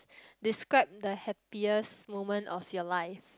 describe the happiest moment of your life